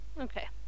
okay